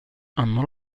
hanno